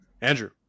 Andrew